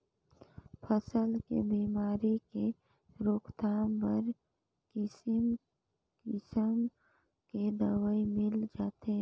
फसल के बेमारी के रोकथाम बर किसिम किसम के दवई मिल जाथे